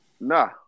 Nah